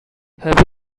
have